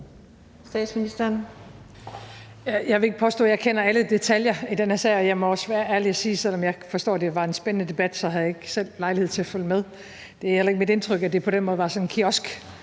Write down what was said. Frederiksen): Jeg vil ikke påstå, at jeg kender alle detaljer i den her sag, og jeg må også være ærlig og sige, at selv om jeg forstår, at det var en spændende debat, havde jeg ikke selv lejlighed til at følge med. Det er heller ikke mit indtryk, at det på den måde var sådan en